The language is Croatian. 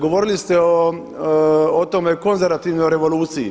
Govorili ste o tome o konzervativnoj revoluciji.